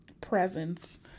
presence